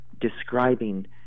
describing